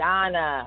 Donna